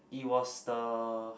it was the